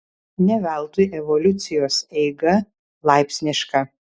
ne veltui evoliucijos eiga laipsniška